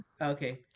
Okay